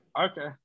Okay